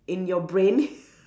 in your brain